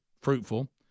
fruitful